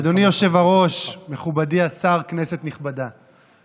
אדוני היושב-ראש, מכובדי השר, כנסת נכבדה,